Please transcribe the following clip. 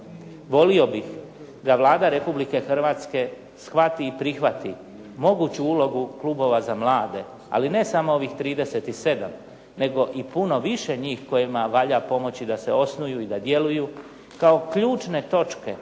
Volio bih da Vlada Republike Hrvatske shvati i prihvati moguću ulogu klubova za mlade, ali ne samo ovih 37 nego i puno više njih kojima valja pomoći da se osnuju i da djeluju kao ključne točke